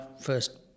first